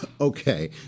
Okay